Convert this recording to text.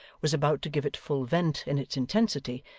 was about to give it full vent in its intensity,